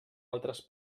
altres